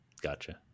Gotcha